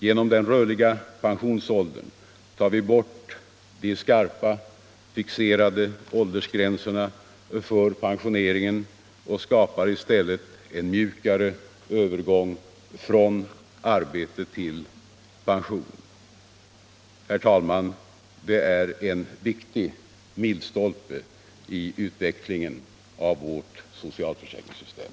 Genom den rörliga pensionsåldern tar vi bort de skarpa, fixerade åldersgränserna för pensioneringen och skapar i stället en mjukare övergång från arbete till pension. Det är, herr talman, en viktig milstolpe i utvecklingen av vårt socialförsäkringssystem.